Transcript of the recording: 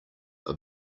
are